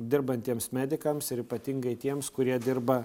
dirbantiems medikams ir ypatingai tiems kurie dirba